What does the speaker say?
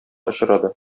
очрады